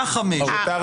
קח חמש דקות.